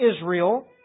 Israel